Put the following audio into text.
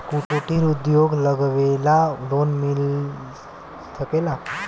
कुटिर उद्योग लगवेला लोन मिल सकेला?